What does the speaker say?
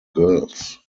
girls